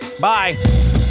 Bye